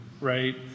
right